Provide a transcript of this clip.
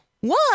One